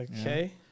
Okay